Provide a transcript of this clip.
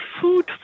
food